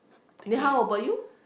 then how about you